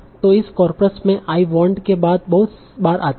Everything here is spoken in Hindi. जो इस कार्पस में I want के बाद बहुत बार आती है